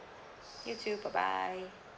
you too bye bye